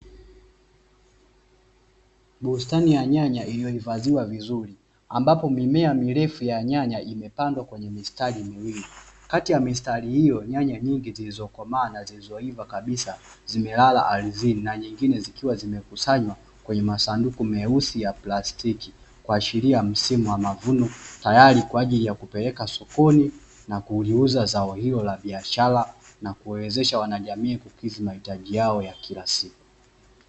Bustani ya nyanya imehifadhiwa vizuri ambapo mimea mirefu ya nyanya imepandwa kwenye mistari miwili, kati ya mistari hiyo nyanya nyingi zilizokomaa na zilizoiva kabisa zimelala ardhini na nyingine zikiwa zimekusanywa kwenye masanduku meusi ya plastiki. Kuashiria msimu wa mavuno tayari kwa ajili ya kupeleka sokoni na kuliuza zao hilo la biashara na kuwezesha wanajamii kukidhi mahitaji yao ya kila siku.